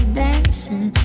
dancing